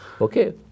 Okay